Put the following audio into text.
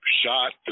shot